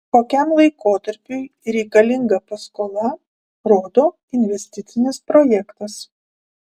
kokiam laikotarpiui reikalinga paskola rodo investicinis projektas